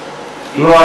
לא,